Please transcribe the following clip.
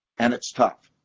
and it's tough.